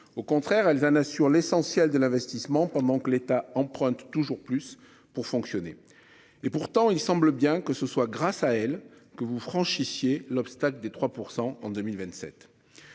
au contraire elles un assurent l'essentiel de l'investissement pendant que l'État emprunte toujours plus pour fonctionner. Et pourtant, il semble bien que ce soit grâce à elle que vous franchissez l'obstacle des 3% en 2027.